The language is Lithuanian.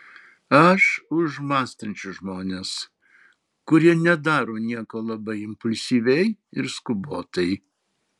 aš už mąstančius žmones kurie nedaro nieko labai impulsyviai ir skubotai